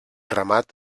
ramat